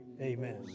Amen